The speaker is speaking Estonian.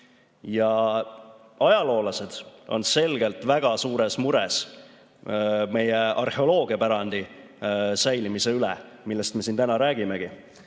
Ajaloolased on väga suures mures meie arheoloogiapärandi säilimise pärast, millest me siin täna räägimegi.